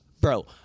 Bro